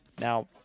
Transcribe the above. Now